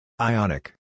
Ionic